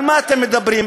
על מה אתם מדברים?